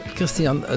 Christian